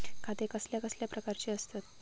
खाते कसल्या कसल्या प्रकारची असतत?